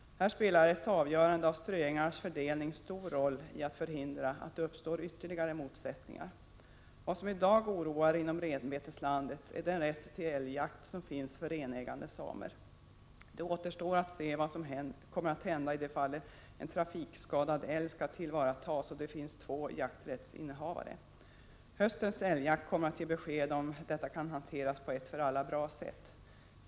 Här spelar ett avgörande beträffande ströängarnas fördelning stor roll i att förhindra att det uppstår ytterligare motsättningar. Vad som i dag oroar inom renbeteslandet är den rätt till älgjakt som finns för renägande samer. Det återstår att se vad som kommer att hända i de fall en trafikskadad älg skall tillvaratas och det finns två jakträttsinnehavare. Höstens älgjakt kommer att ge besked, om detta kan hanteras på ett för alla bra sätt.